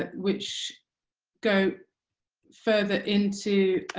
ah which go further into